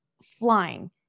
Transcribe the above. flying